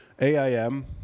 AIM